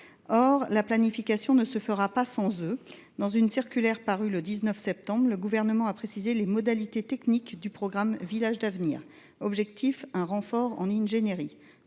! La planification ne se fera pas sans eux. Dans une circulaire parue le 19 septembre dernier, le Gouvernement a précisé les modalités techniques du programme Villages d’avenir, avec pour objectif un renfort en ingénierie.